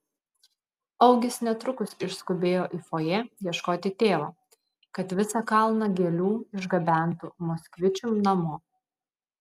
augis netrukus išskubėjo į fojė ieškoti tėvo kad visą kalną gėlių išgabentų moskvičium namo